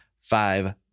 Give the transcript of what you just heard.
five